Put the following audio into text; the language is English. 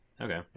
Okay